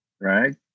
right